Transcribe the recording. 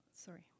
Sorry